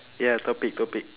ya topic topic